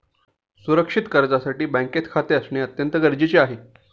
सुरक्षित कर्जासाठी बँकेत खाते असणे अत्यंत गरजेचे आहे